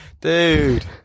dude